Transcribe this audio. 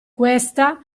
questa